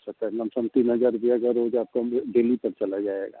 छः पंजे चौ तीन हज़ार रुपया जो रोज़ आपका डेली का चला जाएगा